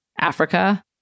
Africa